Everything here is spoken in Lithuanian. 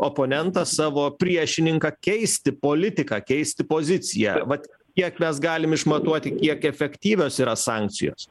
oponentą savo priešininką keisti politiką keisti poziciją vat kiek mes galim išmatuoti kiek efektyvios yra sankcijos